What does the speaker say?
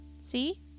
See